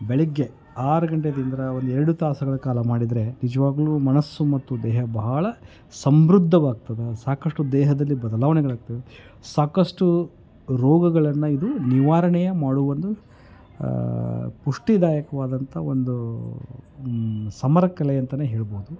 ಬೆಳಿಗ್ಗೆ ಆರು ಗಂಟೆಯಿಂದ ಒಂದೆರಡು ತಾಸುಗಳ ಕಾಲ ಮಾಡಿದರೆ ನಿಜವಾಗ್ಲೂ ಮನಸ್ಸು ಮತ್ತು ದೇಹ ಬಹಳ ಸಮೃದ್ಧವಾಗ್ತದೆ ಸಾಕಷ್ಟು ದೇಹದಲ್ಲಿ ಬದಲಾವಣೆಗಳಾಗ್ತದೆ ಸಾಕಷ್ಟು ರೋಗಗಳನ್ನು ಇದು ನಿವಾರಣೆ ಮಾಡೋ ಒಂದು ಪುಷ್ಟಿದಾಯಕವಾದಂಥ ಒಂದು ಸಮರಕಲೆ ಅಂತಲೇ ಹೇಳ್ಬೋದು